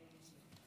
חמש דקות